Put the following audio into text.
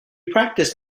practiced